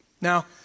Now